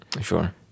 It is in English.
Sure